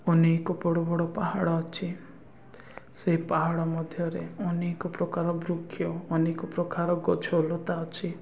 ଅନେକ ବଡ଼ ବଡ଼ ପାହାଡ଼ ଅଛି ସେହି ପାହାଡ଼ ମଧ୍ୟରେ ଅନେକ ପ୍ରକାର ବୃକ୍ଷ ଅନେକ ପ୍ରକାର ଗଛଲତା ଅଛି